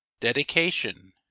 Dedication